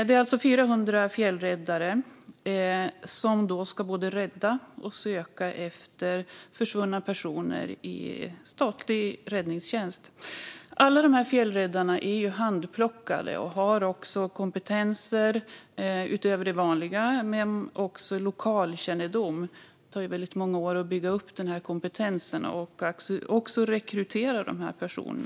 Det är alltså 400 fjällräddare som både ska rädda och söka efter försvunna personer i statlig räddningstjänst. Alla dessa fjällräddare är handplockade och har också kompetenser utöver det vanliga, men de har också lokalkännedom. Det tar väldigt många år att bygga upp denna kompetens och att rekrytera dessa personer.